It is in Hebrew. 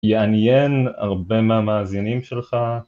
יעניין הרבה מהמאזינים שלך